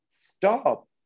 stop